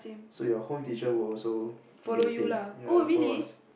so you home teacher will also be the same ya they will follow us